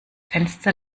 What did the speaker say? fenster